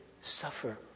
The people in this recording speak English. suffer